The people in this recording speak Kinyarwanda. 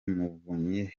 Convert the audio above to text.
muvunyi